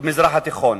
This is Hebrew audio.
המזרח התיכון.